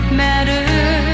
matters